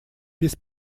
без